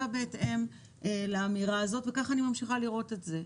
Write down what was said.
בהתאם לאמירה הזאת וכך אני ממשיכה לראות את זה.